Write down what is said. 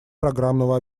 программного